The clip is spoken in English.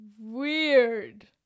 weird